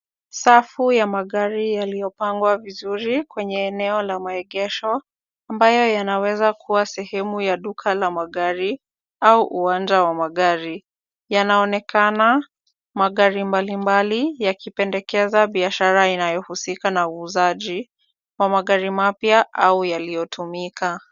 Safu ya magari yaliyo pangwa vizuri kwenye eneo la maegesho ambayo yanaweza kuwa sehemu ya duka la magari au uwanja wa magari. Yanaonekana magari mbali mbali yakipendekeza biashara inayo husika na uuzaji wa magari mapya au yaliyo tumika.